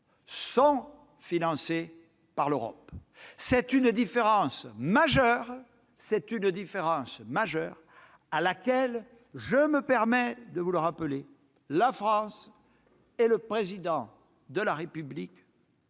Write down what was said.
sont financés par l'Europe. C'est une différence majeure, à laquelle, je me permets de vous le rappeler, la France et le Président de la République ont